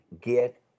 get